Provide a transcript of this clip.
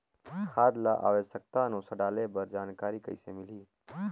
खाद ल आवश्यकता अनुसार डाले बर जानकारी कइसे मिलही?